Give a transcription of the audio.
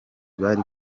bari